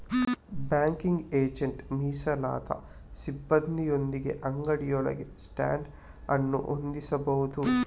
banking agent ಮೀಸಲಾದ ಸಿಬ್ಬಂದಿಯೊಂದಿಗೆ ಅಂಗಡಿಯೊಳಗೆ ಸ್ಟ್ಯಾಂಡ್ ಅನ್ನು ಹೊಂದಿಸಬಹುದು